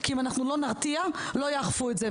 כי אם אנחנו לא נרתיע לא יאכפו את זה.